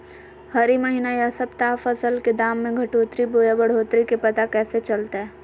हरी महीना यह सप्ताह फसल के दाम में घटोतरी बोया बढ़ोतरी के पता कैसे चलतय?